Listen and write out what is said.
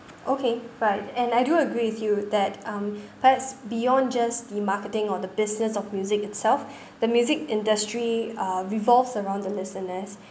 okay right and I do agree with you that um perhaps beyond just the marketing or the business of music itself the music industry uh revolves around the listeners